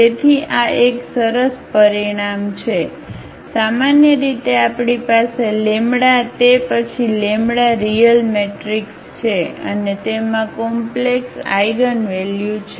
તેથી આ એક સરસ પરિણામ છે સામાન્ય રીતે આપણી પાસે તે પછી રીયલ મેટ્રિક્સ છે અને તેમાં કોમ્પ્લેક્સ આઇગનવેલ્યુ છે